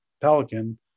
pelican